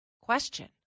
question